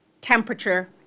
temperature